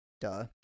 duh